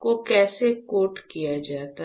को कैसे कोट किया जाता है